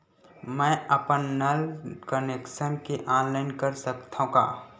मैं अपन नल कनेक्शन के ऑनलाइन कर सकथव का?